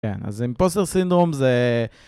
כן, אז אימפוסר סינדרום זה...